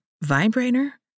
vibrator